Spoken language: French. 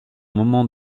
moment